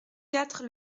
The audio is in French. quatre